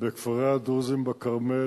בכפרי הדרוזים בכרמל,